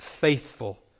faithful